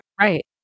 Right